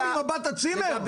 ממבט הצימר?